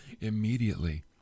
Immediately